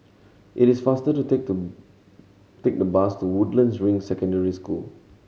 it is faster to take to take the bus to Woodlands Ring Secondary School